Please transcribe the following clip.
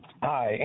Hi